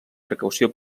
precaució